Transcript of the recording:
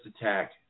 attack